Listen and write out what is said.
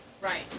Right